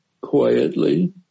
quietly